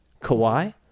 Kawhi